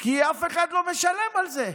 כי אף אחד לא משלם על זה.